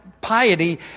piety